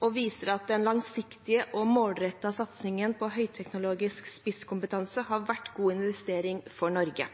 det viser at den langsiktige og målrettede satsingen på høyteknologisk spisskompetanse har vært en god investering for Norge.